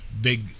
big